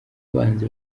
abahanzi